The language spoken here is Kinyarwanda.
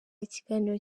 ikiganiro